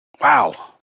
Wow